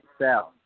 south